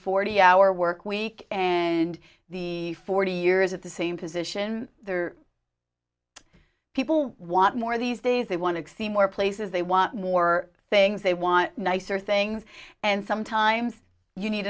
forty hour work week and the forty years at the same position people want more these days they want to see more places they want more things they want nicer things and